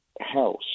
house